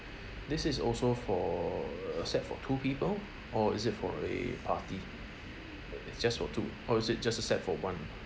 this is also for a set for two people or is it for a party it's just for two oh is it just a set for one